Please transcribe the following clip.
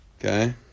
Okay